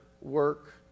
work